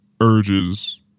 urges